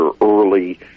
early